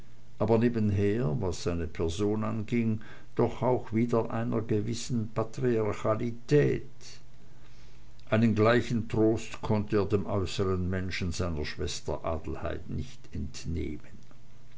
aber nebenher was seine person anging doch auch wieder einer gewissen patriarchalität einen gleichen trost konnt er dem äußern menschen seiner schwester adelheid nicht entnehmen